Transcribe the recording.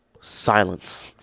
Silence